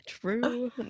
True